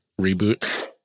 reboot